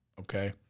okay